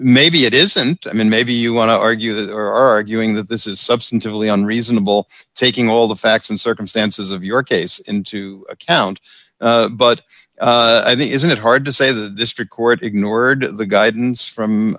maybe it isn't i mean maybe you want to argue there are doing that this is substantively on reasonable taking all the facts and circumstances of your case into account but i think isn't it hard to say the district court ignored the guidance from